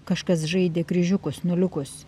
kažkas žaidė kryžiukus nuliukus